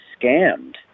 scammed